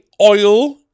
oil